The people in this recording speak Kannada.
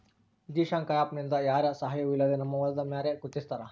ದಿಶಾಂಕ ಆ್ಯಪ್ ನಿಂದ ಯಾರ ಸಹಾಯವೂ ಇಲ್ಲದೆ ನಮ್ಮ ಹೊಲದ ಮ್ಯಾರೆ ಗುರುತಿಸ್ತಾರ